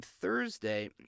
Thursday